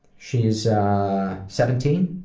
she's seventeen,